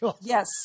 Yes